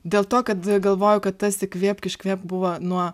dėl to kad galvoju kad tas įkvėpk iškvėpk buvo nuo